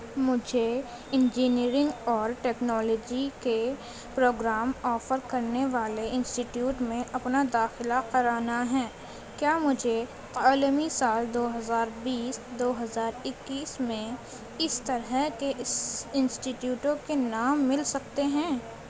مجھے انجینئرنگ اور ٹیکنالوجی کے پروگرام آفر کرنے والے انسٹیٹیوٹ میں اپنا داخلہ کرانا ہیں کیا مجھے تعلیمی سال دو ہزار بیس دو ہزار اکیس میں اس طرح کے انسٹیٹیوٹوں کے نام مل سکتے ہیں